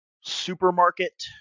supermarket